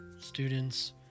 students